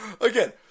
Again